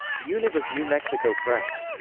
univ of new mexico press.